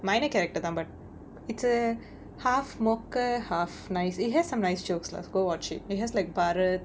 minor character தான்:thaan but it's a half மொக்க:mokka half nice it has some nice jokes lah go watch it it has like barath